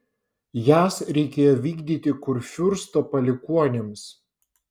jas reikėjo vykdyti kurfiursto palikuonims